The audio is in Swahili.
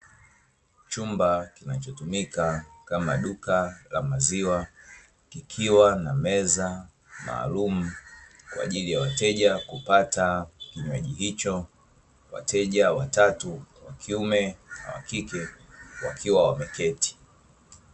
Chumba kinachotumika kama duka la maziwa kikiwa na meza maalumu kwa ajili ya wateja kupata kinywaji hicho, wateja watatu wakiume na wakike wakiwa wameketi.